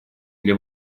для